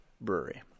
Brewery